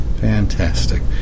fantastic